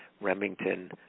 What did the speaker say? Remington